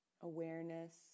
Awareness